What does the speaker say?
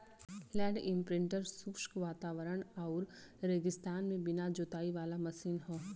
land imprinter शुष्क वातावरण आउर रेगिस्तान में बिना जोताई वाला मशीन हौ